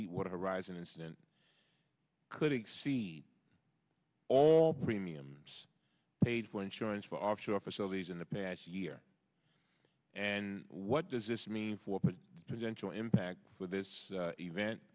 deepwater horizon incident could exceed all premiums paid for insurance for offshore facilities in the past year and what does this mean for potential impact for this event